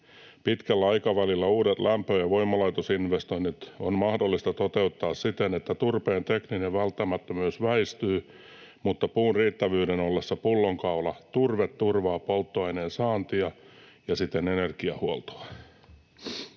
Pitkällä aikavälillä uudet lämpö‑ ja voimalaitosinvestoinnit on mahdollista toteuttaa siten, että turpeen tekninen välttämättömyys väistyy, mutta puun riittävyyden ollessa pullonkaula turve turvaa polttoaineen saantia ja siten energiahuoltoa.